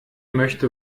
möchte